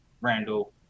Randall